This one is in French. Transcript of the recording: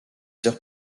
heures